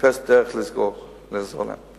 נחפש דרך לעזור להם.